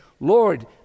Lord